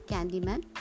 Candyman